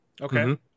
Okay